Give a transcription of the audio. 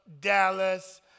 Dallas